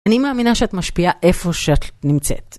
אני מאמינה שאת משפיעה איפה שאת נמצאת.